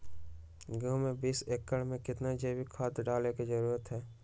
गेंहू में बीस एकर में कितना जैविक खाद डाले के जरूरत है?